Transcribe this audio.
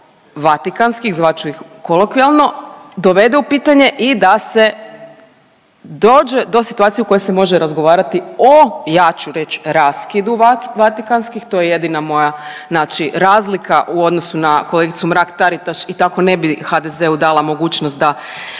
vatikanskih, zvat ću ih kolokvijalno, dovede u pitanje i da se dođe do situacije u kojoj se može razgovarati o, ja ću reći, raskidu vatikanskih, to je jedina moja znači razlika u odnosu na kolegicu Mrak-Taritaš i tako ne bi HDZ-u dala mogućnost da